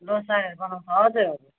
लोसारहरू मनाउँछ हजुर